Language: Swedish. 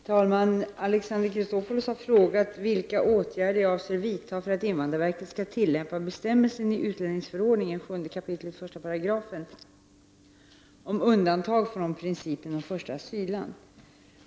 Herr talman! Alexander Chrisopoulos har frågat vilka åtgärder jag avser vidta för att invandrarverket skall tillämpa bestämmelsen i utlänningsförordningen om undantag från principen om första asylland.